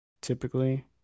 typically